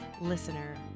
listener